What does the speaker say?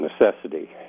necessity